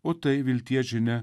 o tai vilties žinia